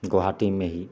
गोहाटीमे ही